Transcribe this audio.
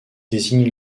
désigne